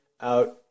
out